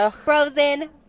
frozen